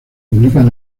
publican